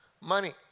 money